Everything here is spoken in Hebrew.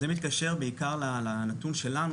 זה מתקשר בעיקר לנתון שלנו,